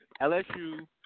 LSU